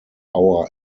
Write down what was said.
hour